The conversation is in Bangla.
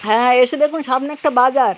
হ্যাঁ এসে দেখুন সামনে একটা বাজার